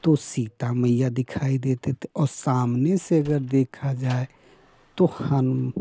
तो सीता मैया दिखाई देती थी और सामने से अगर देखा जाए तो हनु